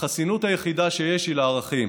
החסינות היחידה שיש היא לערכים.